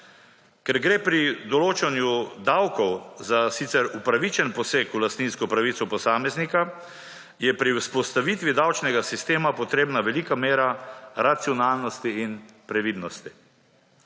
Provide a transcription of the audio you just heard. Ker gre pri določanju davkov za sicer upravičen poseg v lastninsko pravico posameznika je pri vzpostavitvi davčnega sistema potrebna velika mera racionalnosti in previdnosti.